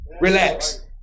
Relax